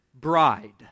bride